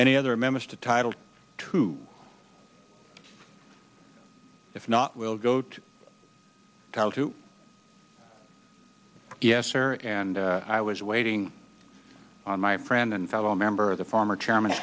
any other members to title to if not we'll go to yes sir and i was waiting on my friend and fellow member of the former chairman